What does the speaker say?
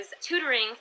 tutoring